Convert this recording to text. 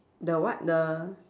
the what the